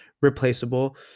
replaceable